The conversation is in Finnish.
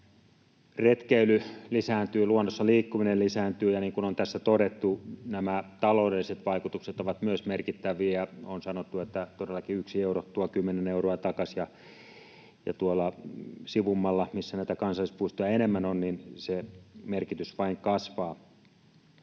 Retkeily lisääntyy, luonnossa liikkuminen lisääntyy, ja niin kuin on tässä todettu, taloudelliset vaikutukset ovat myös merkittäviä. On sanottu, että todellakin yksi euro tuo 10 euroa takaisin, ja tuolla sivummalla, missä näitä kansallispuistoja enemmän on, se merkitys vain kasvaa.